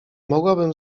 mogłabym